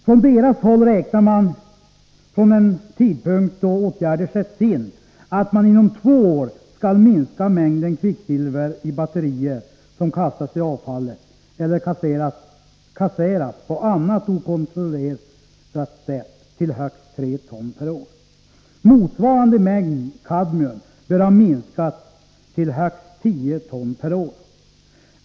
Från deras håll räknar man med att från den tidpunkt då åtgärder sätts in skall mängden kvicksilver från batterier som kastats i avfallet eller kasserats på annat okontrollerat sätt inom två år minska till högst 3 ton per år. Motsvarande mängd kadmium bör ha minskats till högst 10 ton per år.